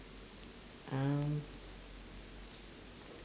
um